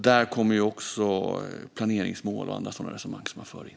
Där kommer också planeringsmål och andra sådana resonemang som man för in.